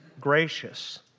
gracious